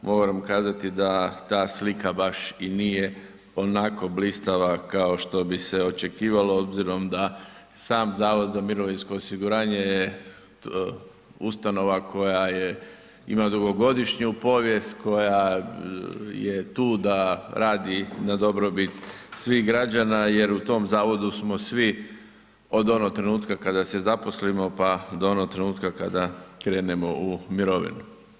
Moram kazati da ta slika baš i nije onako blistava kao što bi se očekivalo obzirom da sam zavod za mirovinsko osiguranje je ustanova koja je ima dugogodišnju povijest, koja je tu da radi na dobrobit svih građana jer u tom zavodu smo svi od onog trenutka kada se zaposlimo pa do onog trenutka kada krenemo u mirovinu.